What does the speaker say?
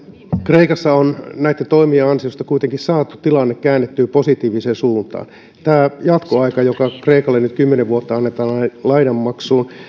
kreikassa on näitten toimien ansiosta kuitenkin saatu tilanne käännettyä positiiviseen suuntaan tämä jatkoaika kymmenen vuotta joka kreikalle nyt annetaan lainan maksuun